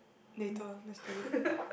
later let's do it